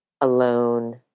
alone